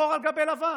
שחור על גבי לבן.